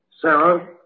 Sarah